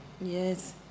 yes